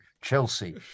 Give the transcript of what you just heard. Chelsea